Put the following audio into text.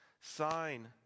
sign